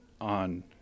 on